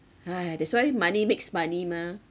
!hais! that's why money makes money mah